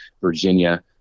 Virginia